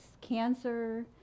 cancer